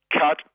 cut